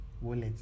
wallet